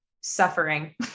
suffering